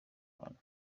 abantu